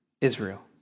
Israel